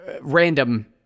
random